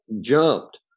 jumped